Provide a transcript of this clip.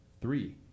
three